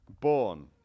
born